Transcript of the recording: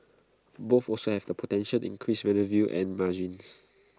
both also have the potential increase revenue and margins